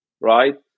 right